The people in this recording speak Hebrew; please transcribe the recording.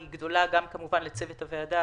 ואז נוכל לעבור למשרדי הממשלה.